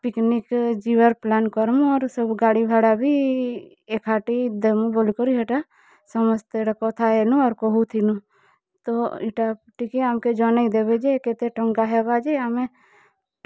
picnic ଯିବାର plan କର୍ ମୁଁ ଆର୍ ସବୁ ଗାଡ଼ି ଭଡ଼ା ବି ଏକାଠି ଦେମୁଁ ବୋଲି କରି ହେଟା ସମସ୍ତେ କଥା ହେନୁଁ ଅର୍ କହୁଥିନୁଁ ତ ଟିକେ ଆମ୍ କେ ଜନେଇ ଦେବେ ଯେ କେତେ ଟଙ୍କା ହେବା ଯେ ଆମେ